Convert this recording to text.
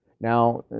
Now